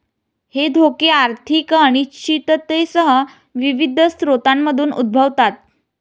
हे धोके आर्थिक अनिश्चिततेसह विविध स्रोतांमधून उद्भवतात